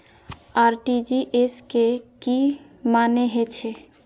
RTGS के की मानें हे छे?